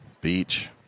Beach